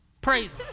Praise